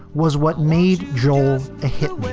was what made joel a hit with.